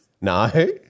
No